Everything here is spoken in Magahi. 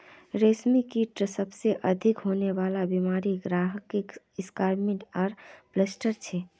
रेशमकीटत सबसे अधिक होने वला बीमारि ग्रासरी मस्कार्डिन आर फ्लैचेरी छे